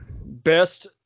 Best